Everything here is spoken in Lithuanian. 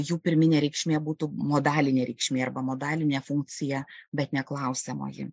jų pirminė reikšmė būtų modalinė reikšmė arba modalinė funkcija bet neklausiamoji